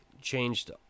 changed